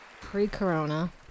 pre-corona